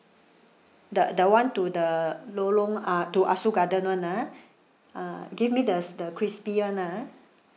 the the one to the lorong uh to ah soo garden [one] ah ah give me the the crispy one ah